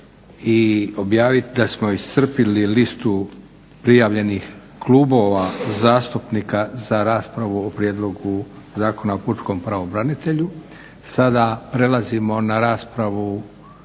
i objavit da smo iscrpili listu prijavljenih klubova zastupnika za raspravu o prijedlogu Zakona o pučkom pravobranitelju. Sada prelazimo na raspravu,